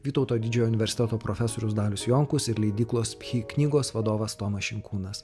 vytauto didžiojo universiteto profesorius dalius jonkus ir leidyklos pchy knygos vadovas tomas šinkūnas